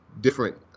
different